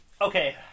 okay